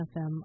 FM